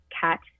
cat